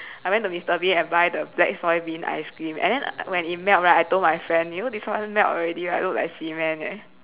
I went to Mr Bean and buy the black soy bean ice cream and then when it melt right I told my friend you know this one melt already right look like cement leh